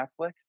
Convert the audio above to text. Netflix